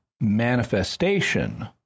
manifestation